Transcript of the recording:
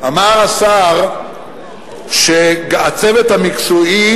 אמר השר שהצוות המקצועי